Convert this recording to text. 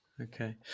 okay